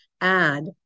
add